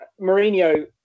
Mourinho